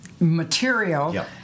material